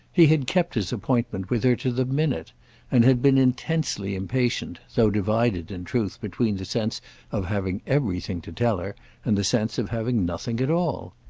he had kept his appointment with her to the minute and had been intensely impatient, though divided in truth between the sense of having everything to tell her and the sense of having nothing at all.